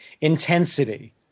intensity